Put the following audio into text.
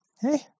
Hey